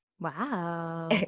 Wow